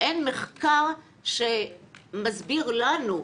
אין מחקר שמסביר לנו,